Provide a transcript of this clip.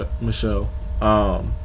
Michelle